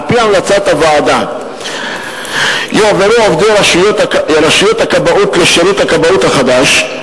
על-פי המלצת הוועדה יועברו עובדי רשויות הכבאות לשירות הכבאות החדש,